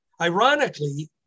Ironically